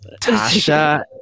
Tasha